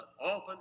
often